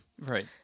Right